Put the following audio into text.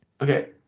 Okay